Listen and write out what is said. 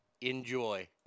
enjoy